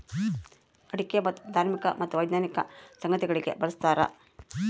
ಅಡಿಕೆ ಧಾರ್ಮಿಕ ಮತ್ತು ವೈಜ್ಞಾನಿಕ ಸಂಗತಿಗಳಿಗೆ ಬಳಸ್ತಾರ